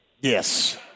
yes